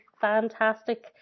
fantastic